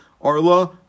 Arla